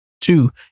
Two